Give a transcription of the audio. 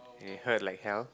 it hurt like hell